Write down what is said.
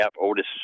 Otis